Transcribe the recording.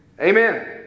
Amen